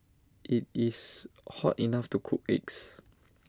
IT is hot enough to cook eggs